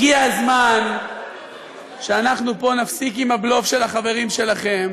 הגיע הזמן שאנחנו נפסיק פה עם הבלוף של החברים שלכם.